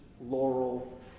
laurel